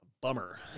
bummer